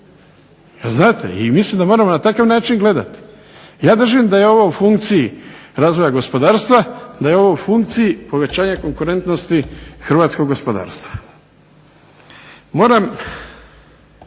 Znate, i mislim da moramo na takav način gledati. Ja držim da je ovo u funkciji razvoja gospodarstva, da je ovo u funkciji povećanja konkurentnosti hrvatskog gospodarstva. Moram